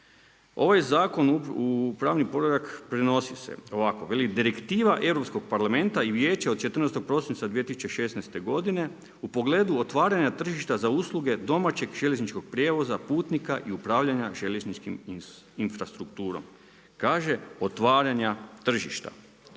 „Ovaj zakon u pravni poredak prinosi se, Direktiva Europskog parlamenta i vijeća od 14. prosinca 2016. godine u pogledu otvaranja tržišta za usluga domaćeg željezničkog prijevoza, putnika i upravljanje željezničkom infrastrukturom.“ Kaže otvaranja tržišta.